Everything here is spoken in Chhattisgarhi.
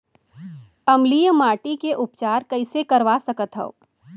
अम्लीय माटी के उपचार कइसे करवा सकत हव?